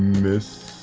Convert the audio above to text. miss.